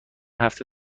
هفته